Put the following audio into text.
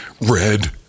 red